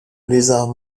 lézard